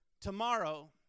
tomorrow